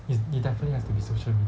is it definitely has to be social media